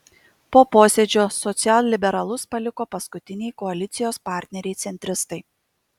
po posėdžio socialliberalus paliko paskutiniai koalicijos partneriai centristai